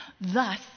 Thus